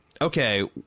Okay